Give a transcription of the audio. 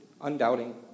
undoubting